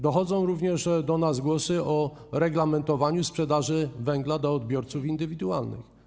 Dochodzą do nas głosy o reglamentowaniu sprzedaży węgla dla odbiorców indywidualnych.